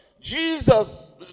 Jesus